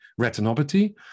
retinopathy